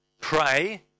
pray